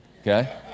okay